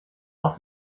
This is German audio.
auf